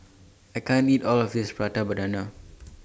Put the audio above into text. I can't eat All of This Prata Banana